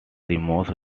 most